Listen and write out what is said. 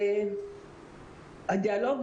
הדיאלוג